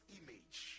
image